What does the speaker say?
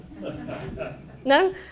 No